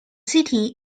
city